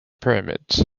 pyramids